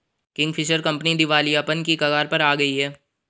Kingfisher company दिवालियापन की कगार पर आ गई थी